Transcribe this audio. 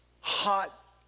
hot